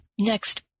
next